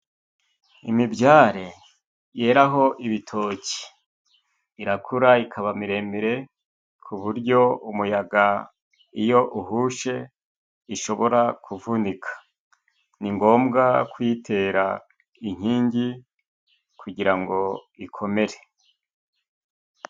Imibyare yeraho ibitoki, irakura ikaba miremire ku buryo umuyaga iyo uhushe ishobora kuvunika ni ngombwa kuyitera inkingi kugira ngo ikomere.